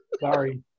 Sorry